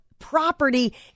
property